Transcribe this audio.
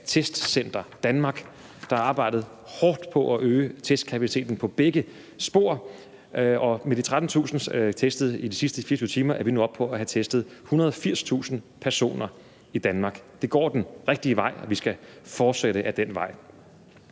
Testcenter Danmark, der har arbejdet hårdt på at øge testkapaciteten i begge spor. Og med de 13.000 testede i de sidste 24 timer er vi nu oppe på at have testet 180.000 personer i Danmark. Det går den rigtige vej, og vi skal fortsætte ad den vej.